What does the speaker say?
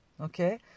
okay